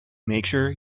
major